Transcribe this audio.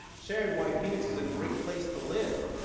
sharing why phoenix is a great place to live.